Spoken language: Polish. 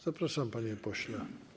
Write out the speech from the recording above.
Zapraszam, panie pośle.